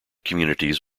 communities